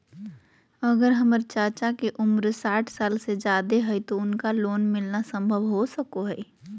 अगर हमर चाचा के उम्र साठ साल से जादे हइ तो उनका लोन मिलना संभव हो सको हइ?